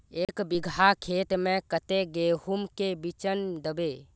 एक बिगहा खेत में कते गेहूम के बिचन दबे?